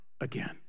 again